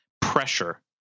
pressure